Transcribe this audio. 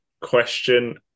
Question